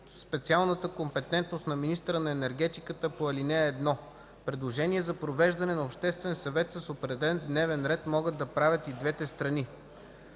специалната компетентност на министъра на енергетиката по ал. 1. Предложение за провеждане на Обществен съвет с определен дневен ред могат да правят и двете страни.”